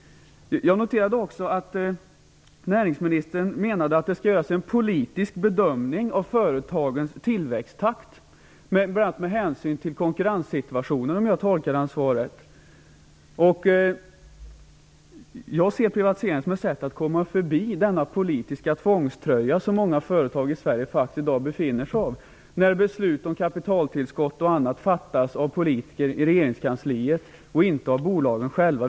Jag noterade också att näringsministern menade att det skall göras en politisk bedömning av företagens tillväxttakt, bl.a. med hänsyn till konkurrenssituationen, om jag tolkar hans svar rätt. Jag ser privatiseringen som ett sätt att komma förbi den politiska tvångströja som många företag i Sverige faktiskt känner av i dag när beslut om kapitaltillskott och annat fattas av politiker i regeringskansliet och inte av bolagen själva.